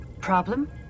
problem